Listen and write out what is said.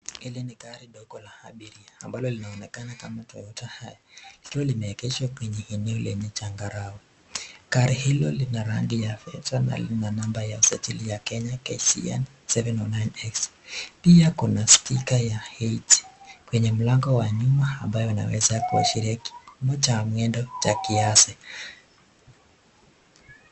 Hili ni gari dogo la abiria ambalo linaonekana kama toyota likiwa limeegeshwa kwenye eneo la changarau. Gari hilo linarangi ya fedha na lina namba ya usajili ya Kenya KCN 709X. Pia kuna sticker ya eighty kwenye mlango wa nyuma ambayo inaweza kuashiria kipimo cha mwendo kiasi.